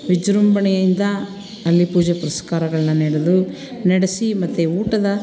ವಿಜೃಂಭಣೆಯಿಂದ ಅಲ್ಲಿ ಪೂಜೆ ಪುನಸ್ಕಾರಗಳನ್ನ ನಡೆದು ನಡೆಸಿ ಮತ್ತು ಊಟದ